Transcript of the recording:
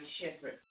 shepherd